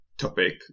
topic